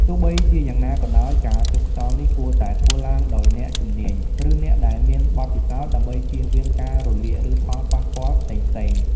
ទោះបីជាយ៉ាងណាក៏ដោយ ការជប់ខ្យល់នេះគួរតែធ្វើឡើងដោយអ្នកជំនាញ ឬអ្នកដែលមានបទពិសោធន៍ ដើម្បីចៀសវាងការរលាក ឬផលប៉ះពាល់ផ្សេងៗ។